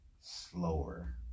slower